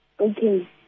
Okay